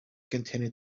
continued